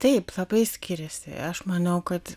taip labai skiriasi aš manau kad